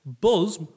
Buzz